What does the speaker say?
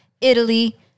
Italy